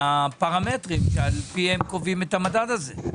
מהפרמטרים שעל פי הם קובעים את המדד הזה?